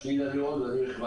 שמי אילן מירון אני רוצה